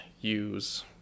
use